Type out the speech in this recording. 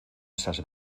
esas